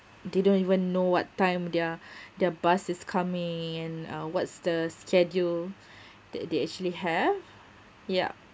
didn't even know what time their their bus is coming and uh what's the schedule that they actually have yeah